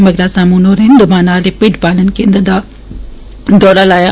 मगरा सामून होरें दोमाना आह्ले भिड्ड पालन केंद्र दा बी दौरा लाया